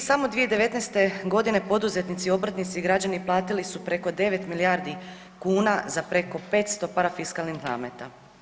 Dvije, samo 2019. godine poduzetnici, obrtnici i građani platili su preko 9 milijardi kuna za preko 500 parafiskalnih nameta.